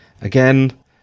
Again